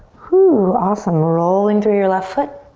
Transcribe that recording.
woo! awesome, rolling through your left foot.